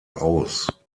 aus